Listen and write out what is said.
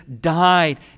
died